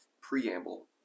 preamble